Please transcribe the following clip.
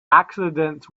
accidents